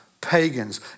pagans